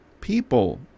people